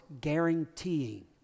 guaranteeing